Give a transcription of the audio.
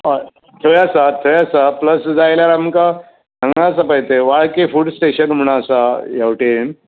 हय थंय आसा थंय आसा प्लस जाय जाल्यार आमकां हांगा आसा पळय तें वाळके फूड स्टेशन म्हण आसा ह्या वटेन